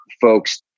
folks